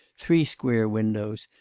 three square windows,